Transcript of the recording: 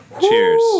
Cheers